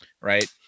Right